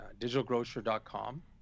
digitalgrocer.com